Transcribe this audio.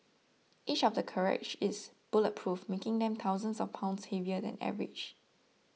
each of the carriages is bulletproof making them thousands of pounds heavier than average